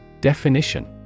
Definition